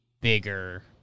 bigger